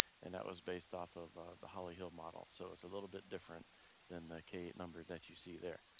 and that was based off of the holly hill model. so it's a little bit different than the k number that you see there.